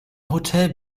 hotel